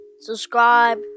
subscribe